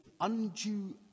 undue